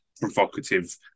provocative